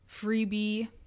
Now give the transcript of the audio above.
freebie